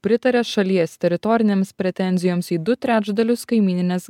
pritarė šalies teritorinėms pretenzijoms į du trečdalius kaimyninės